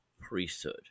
priesthood